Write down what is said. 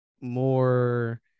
more